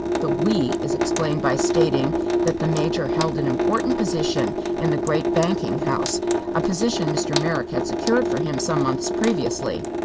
the we is explained by stating that the major held an important position in the great banking house a position mr. merrick had secured for him some months previously.